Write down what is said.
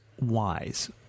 wise